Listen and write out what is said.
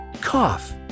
Cough